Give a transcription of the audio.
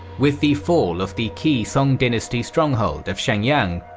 with the fall of the key song dynasty stronghold of xiangyang,